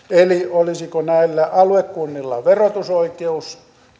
olisiko näillä aluekunnilla verotusoikeus